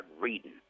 reading